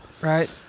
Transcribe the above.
Right